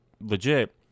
legit